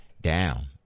down